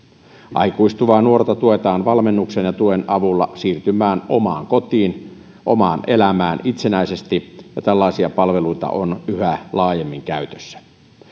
aikuistuvaa nuorta tuetaan valmennuksen ja tuen avulla siirtymään omaan kotiin omaan elämään itsenäisesti ja tällaisia palveluita on yhä laajemmin käytössä